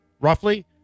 roughly